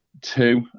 two